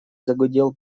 загудел